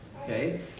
okay